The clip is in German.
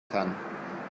kann